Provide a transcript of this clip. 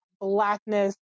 Blackness